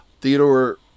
Theodore